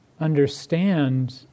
understand